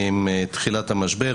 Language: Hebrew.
עם תחילת משבר,